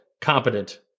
competent